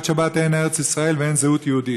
שבת אין ארץ ישראל ואין זהות יהודית.